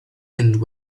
and